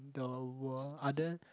the world other